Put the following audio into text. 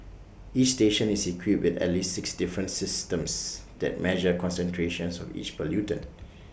each station is equipped with at least six different systems that measure concentrations of each pollutant